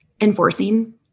enforcing